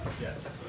Yes